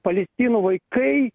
palestinų vaikai